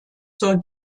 zur